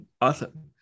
awesome